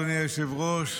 אדוני היושב-ראש.